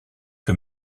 que